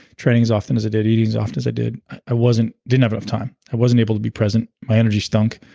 training as often as i did, eating as often as i did, i wasn't. didn't have enough time. i wasn't able to be present. my energy stunk,